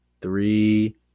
Three